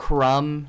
Crumb